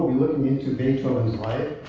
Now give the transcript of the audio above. looking into beethoven's life,